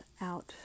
out